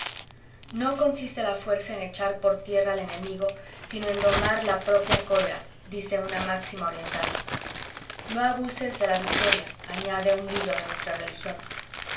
no consiste la fuerza en echar por tierra al enemigo sino en domar la propia cólera dice una máxima oriental no abuses de la victoria añade un libro de nuestra religión